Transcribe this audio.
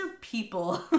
people